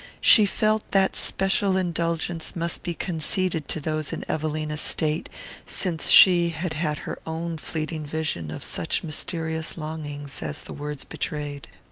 she felt that special indulgence must be conceded to those in evelina's state since she had had her own fleeting vision of such mysterious longings as the words betrayed.